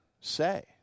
say